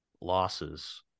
losses